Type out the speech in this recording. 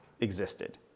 existed